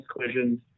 collisions